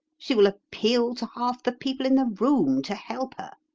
she will appeal to half the people in the room to help her.